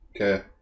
Okay